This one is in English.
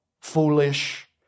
foolish